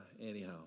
anyhow